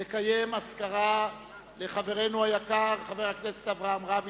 נקיים אזכרה לחברנו היקר חבר הכנסת אברהם רביץ,